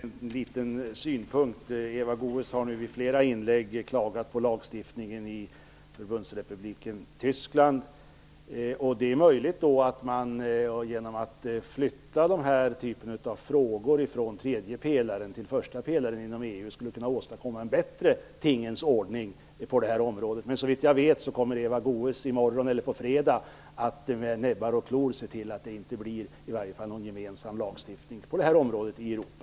Herr talman! Jag har en liten synpunkt. Eva Goës har i flera inlägg klagat på lagstiftningen i Förbundsrepubliken Tyskland. Det är möjligt att man genom att flytta den här typen av frågor från tredje pelaren till första pelaren inom EU skulle kunna åstadkomma en bättre tingens ordning på detta område. Men såvitt jag vet kommer Eva Goës i morgon eller på fredag att med näbbar och klor se till att det inte blir någon gemensam lagstiftning på detta område i Europa.